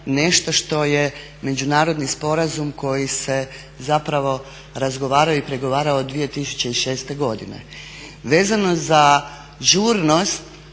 nešto što je međunarodni sporazum koji se zapravo razgovarao i pregovarao 2006. godine. Vezano za žurnost,